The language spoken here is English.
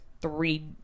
Three